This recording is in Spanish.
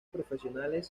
profesionales